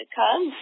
come